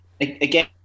Again